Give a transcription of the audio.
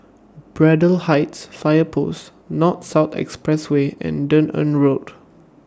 Braddell Heights Fire Post North South Expressway and Dunearn Road